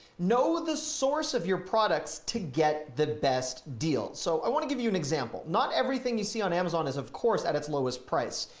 know the source of your products to get the best deal. so i wanna give you an example. not everything you see on amazon is of course at its lowest price.